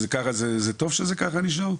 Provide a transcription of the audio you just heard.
שטוב שזה ככה נשאר?